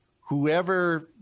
whoever